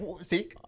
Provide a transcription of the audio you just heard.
see